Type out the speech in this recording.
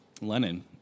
Lenin